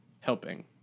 helping